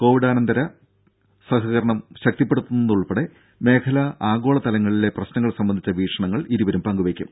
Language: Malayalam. കോവിഡാനന്തര കാല സഹകരണം ശക്തിപ്പെടുത്തുന്നത് ഉൾപ്പെടെ മേഖലാ ആഗോള തലങ്ങളിലെ പ്രശ്നങ്ങൾ സംബന്ധിച്ച വീക്ഷണങ്ങൾ ഇരുവരും പങ്കുവെക്കും